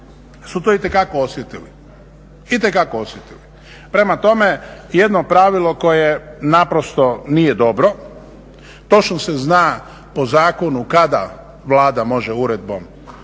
su to itekako osjetili. Prema tome, jedno pravilo koje naprosto nije dobro, točno se zna po zakonu kada Vlada može uredbom rješavati